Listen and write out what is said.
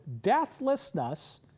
Deathlessness